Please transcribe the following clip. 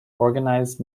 organized